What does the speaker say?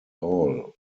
all